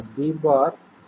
b' a'